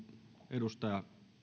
edustaja